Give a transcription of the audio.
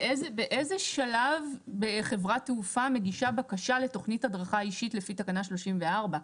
באיזה שלב חברת תעופה מגישה בקשה לתכנית הדרכה אישית לפי תקנה 34?